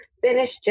finished